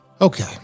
Okay